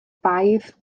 baedd